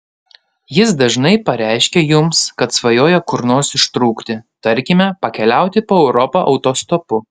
jis dažnai pareiškia jums kad svajoja kur nors ištrūkti tarkime pakeliauti po europą autostopu